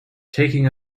taking